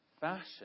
fashion